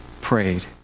prayed